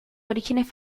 orígenes